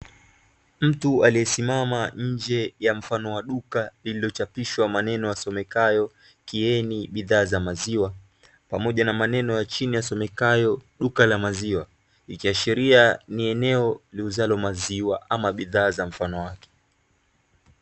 Mtu aliyesimama nje ya mfano wa duka lililochapishwa maneno yasomekayo "Kien bidhaa za maziwa", pamoja na maneno ya chini yasomelayo duka la maziwa ikiashiria ni eneo liuzalo maziwa ama bidhaa za mfano wake.